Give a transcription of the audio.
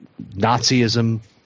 Nazism